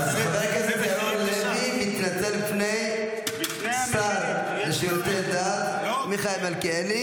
חבר הכנסת ירון לוי מתנצל בפני השר לשירותי הדת מיכאל מלכיאלי